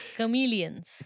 Chameleons